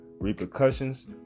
Repercussions